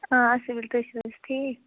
آ اَصٕل پٲٹھۍ تُہۍ چھُو حظ ٹھیٖک